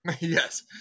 Yes